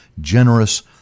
generous